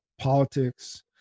politics